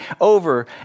over